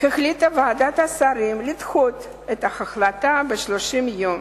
החליטה ועדת השרים לדחות את ההחלטה ב-30 יום.